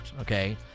Okay